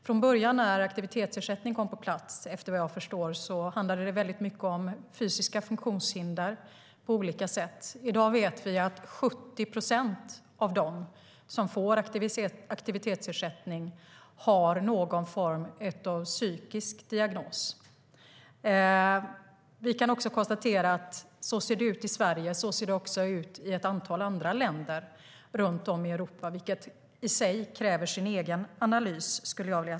Från början när aktivitetsersättningen kom på plats handlade det efter vad jag förstår väldigt mycket om fysiska funktionshinder på olika sätt. I dag vet vi att 70 procent av dem som får aktivitetsersättning har någon form av psykisk diagnos. Vi kan konstatera att det ser ut så i Sverige och också i ett antal andra länder runt om i Europa, vilket i sig kräver sin egen analys.